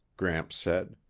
gramps said.